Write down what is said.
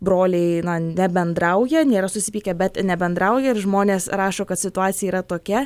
broliai nebendrauja nėra susipykę bet nebendrauja ir žmonės rašo kad situacija yra tokia